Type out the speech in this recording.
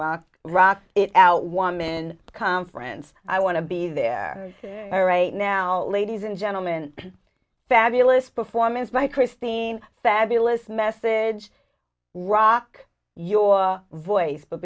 rock rock it out woman conference i want to be there all right now ladies and gentlemen fabulous performance by christine fabulous message rock your voice but